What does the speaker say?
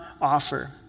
offer